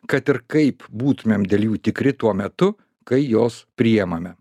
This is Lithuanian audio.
kad ir kaip būtumėm dėl jų tikri tuo metu kai jos priemame